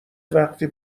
وقتی